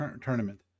tournament